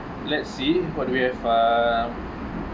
let's see what do we have uh